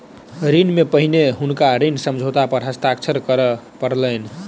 ऋण सॅ पहिने हुनका ऋण समझौता पर हस्ताक्षर करअ पड़लैन